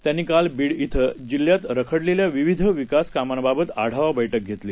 त्यांनी काल बीड जिल्ह्यात रखडलेल्या विविध विकास कामांबाबत आढावा बैठक घेतली